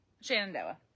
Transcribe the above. Shenandoah